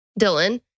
Dylan